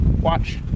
watch